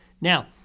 Now